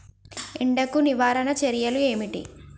ఎండకు నివారణ చర్యలు ఏమిటి?